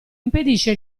impedisce